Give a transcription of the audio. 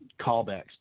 callbacks